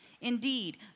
Indeed